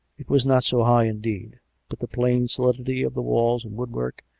it was not so high, indeed but the plain solidity of the walls and woodwork,